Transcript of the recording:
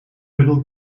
bundel